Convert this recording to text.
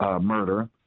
murder